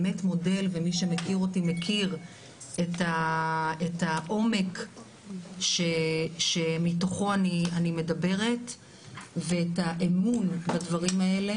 ומי שמכיר אותי מכיר את העומק שמתוכו אני מדברת ואת האמון בדברים האלה